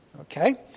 okay